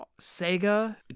sega